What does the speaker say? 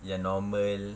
ya normal